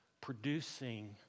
producing